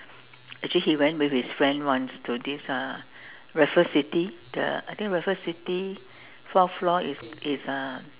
actually he went with his friend once to this uh Raffles City the I think Raffles City fourth floor is is uh